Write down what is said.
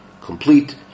complete